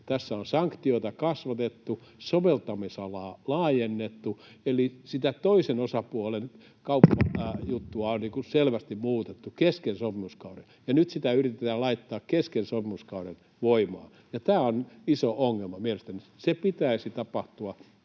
tässä on sanktioita kasvatettu, soveltamisalaa laajennettu, eli sitä toisen osapuolen keskeistä juttua on selvästi muutettu kesken sopimuskauden, ja nyt sitä yritetään laittaa kesken sopimuskauden voimaan. Tämä on iso ongelma mielestäni. Sen pitäisi tapahtua